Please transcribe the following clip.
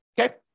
Okay